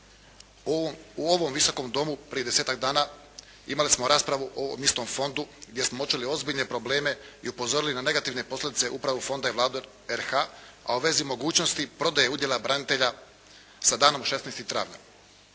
U ovom Visokom domu prije desetak dana imali smo raspravu o ovom istom Fondu gdje smo uočili ozbiljne probleme i upozorili na negativne posljedice Uprave fonda i Vlade RH, a u vezi mogućnosti prodaje udjela branitelja sa danom 16. travnja.